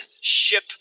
ship